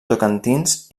tocantins